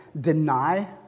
deny